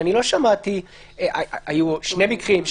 לא שמעתי אם היו שני מקרים,